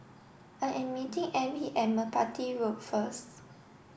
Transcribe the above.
I am meeting Ebbie at Merpati Road first